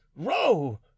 row